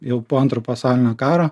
jau po antro pasaulinio karo